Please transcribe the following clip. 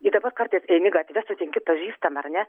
gi dabar kartais eini gatve sutinki pažįstamą ar ne